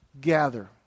gather